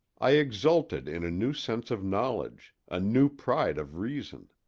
i exulted in a new sense of knowledge, a new pride of reason.